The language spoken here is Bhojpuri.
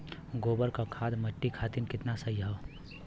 गोबर क खाद्य मट्टी खातिन कितना सही ह?